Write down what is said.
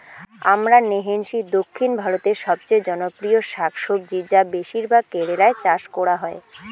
আমরান্থেইসি দক্ষিণ ভারতের সবচেয়ে জনপ্রিয় শাকসবজি যা বেশিরভাগ কেরালায় চাষ করা হয়